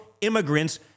immigrants